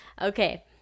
okay